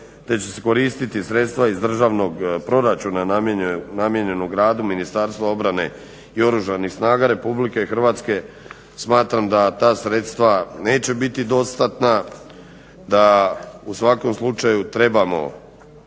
te će se koristiti sredstva iz Državnog proračuna namijenjenog radu Ministarstva obrane i Oružanih snaga RH. Smatram da ta sredstva neće biti dostatna, da u svakom slučaju trebamo